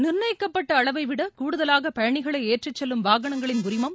நிர்ணயிக்கப்பட்ட அளவைவிட கூடுதலாக பயணிகளை ஏற்றிசெல்லும் வாகனங்களின் உரிமம்